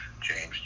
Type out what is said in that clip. James